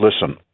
listen